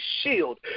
shield